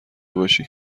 باشی